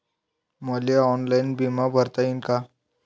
मले ऑनलाईन बिमा भरता येईन का?